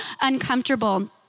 uncomfortable